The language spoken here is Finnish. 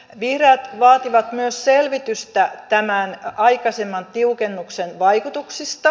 vihreät vaativat myös selvitystä tämän aikaisemman tiukennuksen vaikutuksista